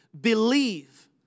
Believe